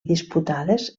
disputades